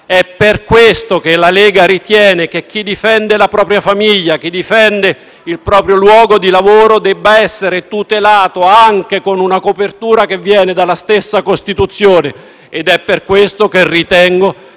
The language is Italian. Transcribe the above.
È per questo che la Lega ritiene che chi difende la propria famiglia, chi difende il proprio luogo di lavoro debba essere tutelato anche con una copertura che viene dalla stessa Costituzione ed è per questo che ritengo